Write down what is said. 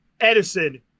Edison